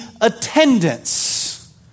attendance